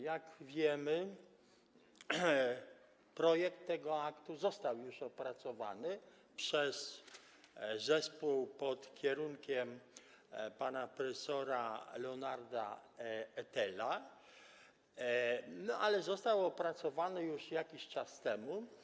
Jak wiemy, projekt tego aktu został już opracowany przez zespół pod kierunkiem pana prof. Leonarda Etela, ale został opracowany już jakiś czas temu.